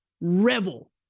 revel